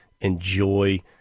enjoy